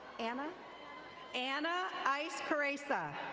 anna anna icecaresa.